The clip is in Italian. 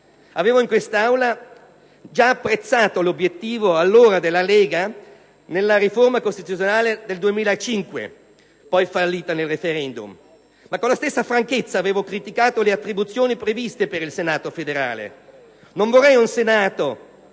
Avevo in quest'Aula già apprezzato l'obiettivo della Lega Nord nella riforma costituzionale proposta nel 2005, poi fallita nel *referendum*. Ma con la stessa franchezza avevo criticato le attribuzioni previste per il Senato federale. Non vorrei un Senato